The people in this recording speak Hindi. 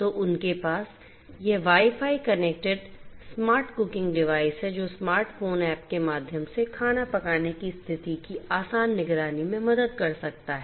तो उनके पास यह wifi connected smart cooking device है जो स्मार्ट फोन ऐप के माध्यम से खाना पकाने की स्थिति की आसान निगरानी में मदद कर सकता है